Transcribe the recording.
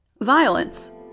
Violence